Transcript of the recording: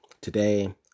Today